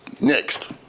next